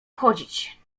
wchodzić